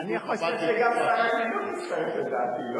אני חושב שגם שר החינוך מצטרף לדעתי,